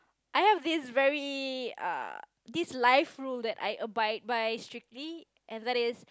I have this very uh this life rule that I abide by strictly and that is